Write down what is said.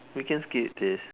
we can skip this